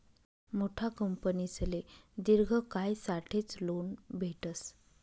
मोठा कंपनीसले दिर्घ कायसाठेच लोन भेटस